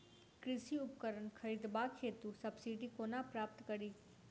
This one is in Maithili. कृषि उपकरण खरीदबाक हेतु सब्सिडी कोना प्राप्त कड़ी?